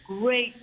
great